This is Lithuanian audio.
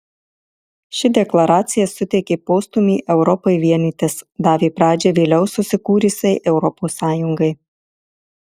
ši deklaracija suteikė postūmį europai vienytis davė pradžią vėliau susikūrusiai europos sąjungai